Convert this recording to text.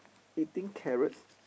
eating carrots